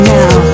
now